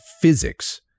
physics